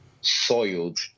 soiled